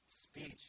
Speech